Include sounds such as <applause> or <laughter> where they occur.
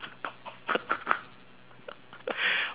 <laughs>